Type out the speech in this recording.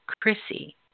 Chrissy